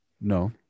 no